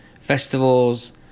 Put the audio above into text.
festivals